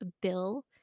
Bill